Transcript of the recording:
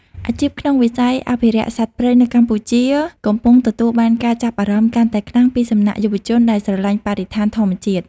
អាជីពក្នុងវិស័យអភិរក្សសត្វព្រៃនៅកម្ពុជាកំពុងទទួលបានការចាប់អារម្មណ៍កាន់តែខ្លាំងពីសំណាក់យុវជនដែលស្រឡាញ់បរិស្ថានធម្មជាតិ។